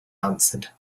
answered